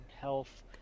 health